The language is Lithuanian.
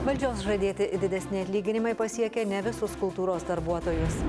valdžios žadėti didesni atlyginimai pasiekia ne visus kultūros darbuotojus